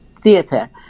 theater